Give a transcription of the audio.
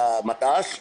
למט"ש,